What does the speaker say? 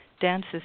dances